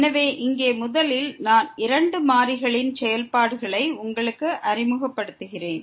எனவே இங்கே முதலில் நான் இரண்டு மாறிகளின் செயல்பாடுகளை உங்களுக்கு அறிமுகப்படுத்துகிறேன்